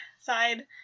side